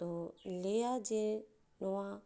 ᱛᱚ ᱞᱟᱹᱭᱟ ᱡᱮ ᱱᱚᱣᱟ